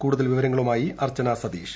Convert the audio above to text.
കൂടുതൽ വിവരങ്ങളുമായി അർച്ചന സതീഷ്